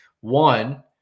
One